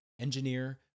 engineer